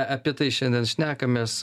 apie tai šiandien šnekamės